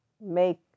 make